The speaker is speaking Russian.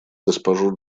госпожу